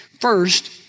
First